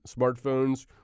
smartphones